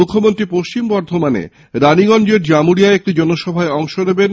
মুখ্যমন্ত্রী পশ্চিম বর্ধমানে রানীগঞ্জের জামুড়িয়ায় একটি জনসভায় অংশ নেবেন